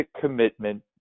commitment